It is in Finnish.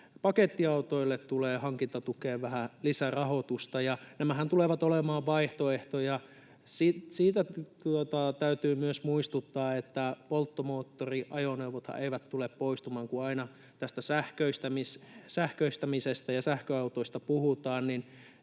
pakettiautoille tulee hankintatukeen vähän lisärahoitusta. Ja nämähän tulevat olemaan vaihtoehtoja. Siitä täytyy myös muistuttaa, että polttomoottoriajoneuvothan eivät tule poistumaan. Kun aina tästä sähköistämisestä ja sähköautoista puhutaan,